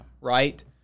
right